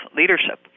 leadership